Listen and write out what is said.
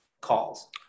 calls